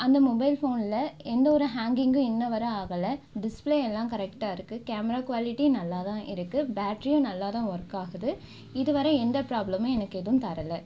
அந்த மொபைல் ஃபோனில் எந்த ஒரு ஹாங்கிங்கும் இன்ன வர ஆகல டிஸ்பிளே எல்லாம் கரெக்டாக இருக்கு கேமரா குவாலிட்டி நல்லா தான் இருக்கு பேட்டரியும் நல்லாதான் ஒர்க் ஆகுது இது வர எந்த ப்ராப்ளமும் எனக்கு எதுவும் தரல